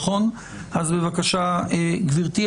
אז בבקשה, גברתי.